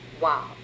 wow